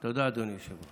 תודה, אדוני היושב-ראש.